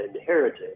inherited